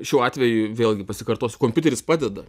šiuo atveju vėlgi pasikartosiu kompiuteris padeda